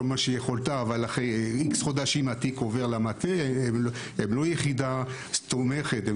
יכולתה אבל אחרי X חודשים התיק עובר למטה הם לא יחידה תומכת אלא